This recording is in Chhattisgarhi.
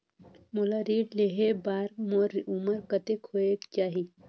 मोला ऋण लेहे बार मोर उमर कतेक होवेक चाही?